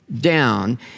down